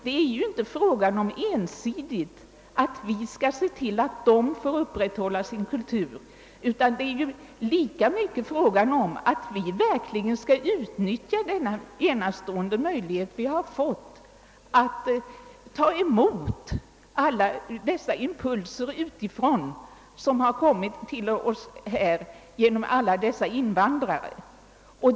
Det gäller ju inte bara att vi ensidigt skall se till att de får upprätthålla sin kultur, utan vi skall även utnyttja denna enastående möjlighet att ta emot impulser utifrån som vi har fått genom alla dessa invandrare.